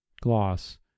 Gloss